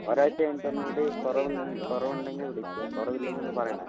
ഒരാഴ്ച കഴിഞ്ഞിട്ട് ഒന്നു കൂടി കുറവുണ്ടെങ്കിൽ വിളിക്കുക കുറവില്ലെങ്കിൽ ഒന്നു പറയണേ